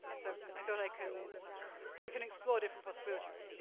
so i thought i can i can explore different possibilities.